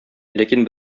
ләкин